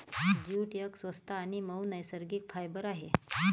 jute एक स्वस्त आणि मऊ नैसर्गिक फायबर आहे